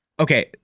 Okay